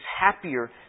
happier